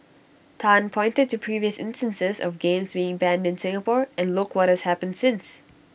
Tan pointed to previous instances of games being banned in Singapore and look what has happened since